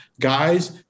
guys